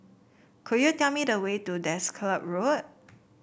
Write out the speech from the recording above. could you tell me the way to Desker Road